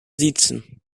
siezen